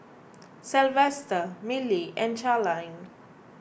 Sylvester Milly and Charline